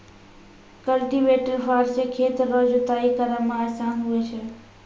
cultivator फार से खेत रो जुताइ करै मे आसान हुवै छै